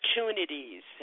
opportunities